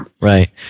Right